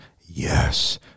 yes